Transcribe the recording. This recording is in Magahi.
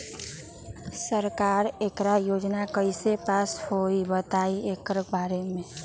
सरकार एकड़ योजना कईसे पास होई बताई एकर बारे मे?